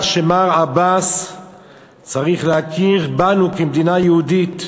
שמר עבאס צריך להכיר בנו כמדינה יהודית.